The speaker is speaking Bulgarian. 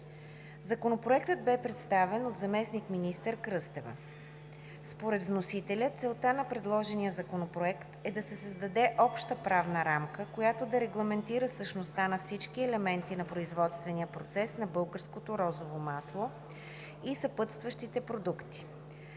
Законопроектът бе представен от заместник-министър Кръстева. Според вносителя целта на предложения законопроект е да се създаде обща правна рамка, която да регламентира същността на всички елементи на производствения процес на българското розово масло и съпътстващите продукти.